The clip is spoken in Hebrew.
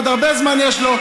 עוד הרבה זמן יש לו.